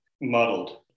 muddled